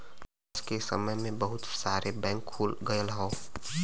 आज के समय में बहुत सारे बैंक खुल गयल हौ